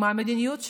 מה המדיניות שלו?